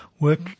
work